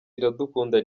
iradukunda